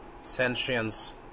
sentience